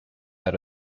out